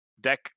deck